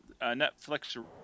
Netflix